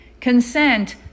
Consent